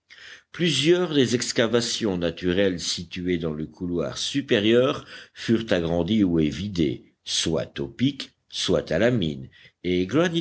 plusieurs des excavations naturelles situées dans le couloir supérieur furent agrandies ou évidées soit au pic soit à la mine et